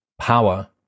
power